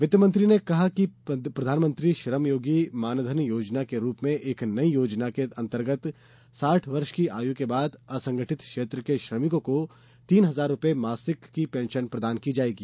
वित्त मंत्री ने कहा कि प्रधानमंत्री श्रम योगी मानधन योजना के रूप में एक नई योजना के अंतर्गत साठ वर्ष की आयु के बाद असंगठित क्षेत्र के श्रमिकों को तीन हजार रूपये मासिक की पेंशन प्रदान की जायेगी